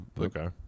Okay